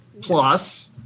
plus